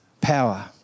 power